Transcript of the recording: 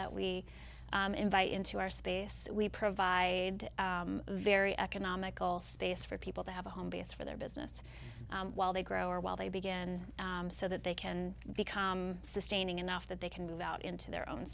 that we invite into our space we provide a very economical space for people to have a home base for their business while they grow or while they begin so that they can become sustaining enough that they can move out into their own